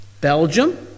Belgium